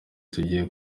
tugiye